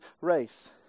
race